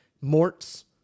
Mort's